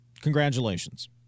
Congratulations